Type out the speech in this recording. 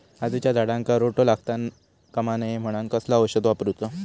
काजूच्या झाडांका रोटो लागता कमा नये म्हनान कसला औषध वापरूचा?